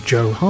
Joe